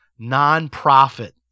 nonprofit